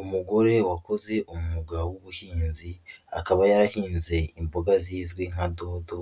Umugore wakoze umwuga w'ubuhinzi akaba yarahinze imboga zizwi nka dodo,